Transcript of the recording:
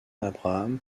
abraham